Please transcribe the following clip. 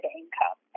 income